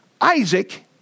Isaac